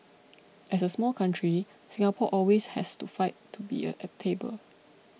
as a small country Singapore always has to fight to be at the table